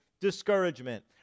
discouragement